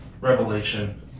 revelation